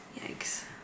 Yikes